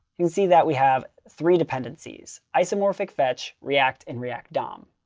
you can see that we have three dependencies isomorphic fetch, react and react dom.